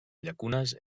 llacunes